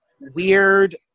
weird